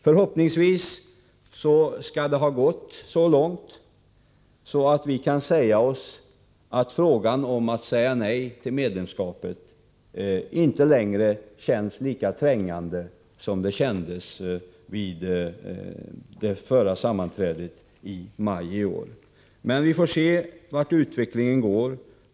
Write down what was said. Förhoppningsvis har man då kommit så långt att behovet att säga nej till medlemskap inte längre känns lika trängande som vid det förra sammanträdet i maj i år. Vi får se vart utvecklingen går.